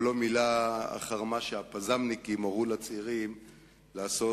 או לא מילא אחר מה שהפז"מניקים הורו לצעירים לעשות,